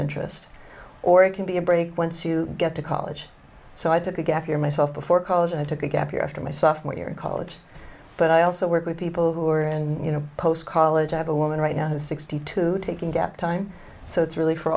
interest or it can be a break once you get to college so i took a gap year myself before college and i took a gap year after my sophomore year in college but i also work with people who are in you know post college i have a woman right now who's sixty two taking gap time so it's really for